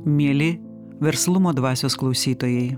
mieli verslumo dvasios klausytojai